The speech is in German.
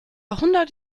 hundert